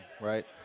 right